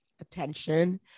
attention